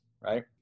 right